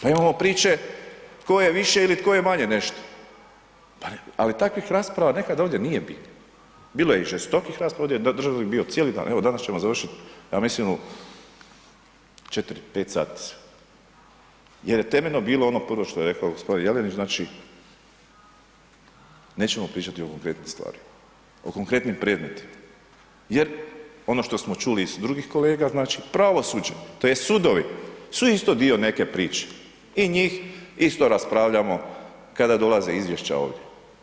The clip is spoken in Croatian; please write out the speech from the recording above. Pa imamo priče tko je više ili tko je manje nešto ali takvih rasprava nekad ovdje nije bilo, bilo je i žestokih rasprava ovdje, ... cijeli dan, evo danas ćemo završit ja mislim u 4, 5 sati jer je temeljno bilo ono prvo što je rekao g, Jelenić, znači nećemo pričati o konkretnim stvarima, o konkretnim predmetima jer ono što smo čuli iz drugih kolega, znači, pravosuđe tj., sudovi su isto dio neke priče, i njih isto raspravljamo kada dolaze izvješća ovdje.